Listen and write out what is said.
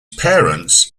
parents